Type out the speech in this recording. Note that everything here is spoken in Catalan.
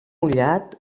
mullat